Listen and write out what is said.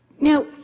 Now